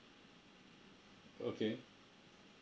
okay